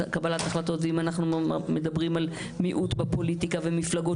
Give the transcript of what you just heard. החלטות ואם אנחנו מדברים על מיעוט בפוליטיקה ומפלגות